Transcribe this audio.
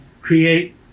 create